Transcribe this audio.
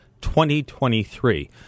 2023